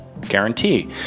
guarantee